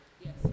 Yes